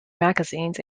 magazines